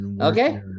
okay